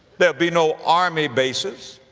there'll be no army bases.